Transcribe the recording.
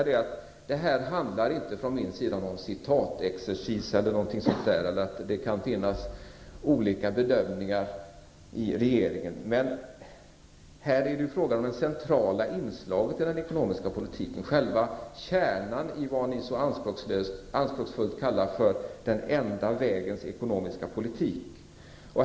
Det handlar här inte om någon citatexercis eller om att det kan finnas olika bedömningar i regeringen, men det är här fråga om centrala inslag i den ekonomiska politiken, själva kärnan i det som ni så anspråksfullt kallar den enda vägens ekonomiska politik.